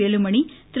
Velumani Thiru